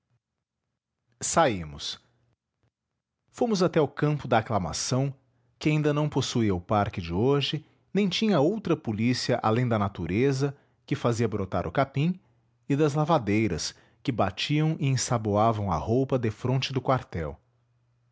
saímos fomos até o campo da aclamação que ainda não possuía o parque de hoje nem tinha outra polícia além da natureza que fazia brotar o capim e das lavadeiras que batiam e ensaboavam a roupa defronte do quartel